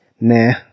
nah